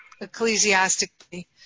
ecclesiastically